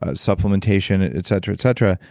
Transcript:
ah supplementation, and etc, etc,